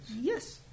Yes